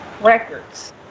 records